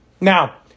Now